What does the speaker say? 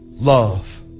Love